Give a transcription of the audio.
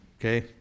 Okay